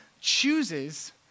chooses